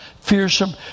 fearsome